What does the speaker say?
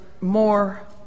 more